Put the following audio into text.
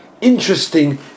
interesting